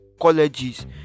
colleges